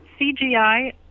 CGI